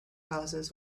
houses